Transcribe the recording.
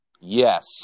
Yes